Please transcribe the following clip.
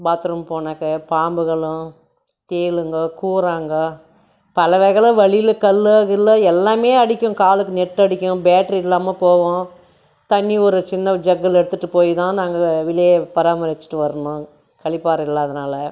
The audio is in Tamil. பாத்ரூம் போனாக்க பாம்புகளும் தேளுங்க கூராங்க பல வகையில் வழியில் கல்லோ கில்லோ எல்லாமே அடிக்கும் காலுக்கு நெட் அடிக்கும் பேட்ரி இல்லாமல் போவோம் தண்ணி ஒரு சின்ன ஜக்கில் எடுத்துட்டு போய் தான் நாங்கள் வெளியே பாராமரிச்சிட்டு வரணும் கழிப்பறை இல்லாததுனால்